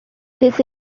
this